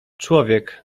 człowiek